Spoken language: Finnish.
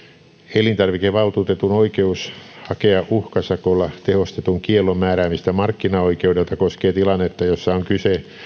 elintarvikevaltuutetun oikeus hakea uhkasakolla tehostetun kiellon määräämistä markkinaoikeudelta koskee tilannetta jossa on kyse